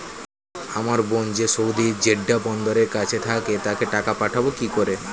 আমার বোন যে সৌদির জেড্ডা বন্দরের কাছে থাকে তাকে টাকা পাঠাবো কি করে?